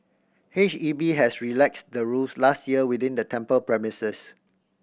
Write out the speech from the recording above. H E B has relaxed the rules last year within the temple premises